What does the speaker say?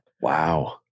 Wow